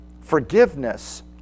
forgiveness